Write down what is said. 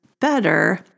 better